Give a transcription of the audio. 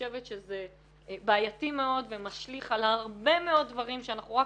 חושבת שזה בעייתי מאוד ומשליך על הרבה מאוד דברים שאנחנו רק